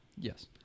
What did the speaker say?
Yes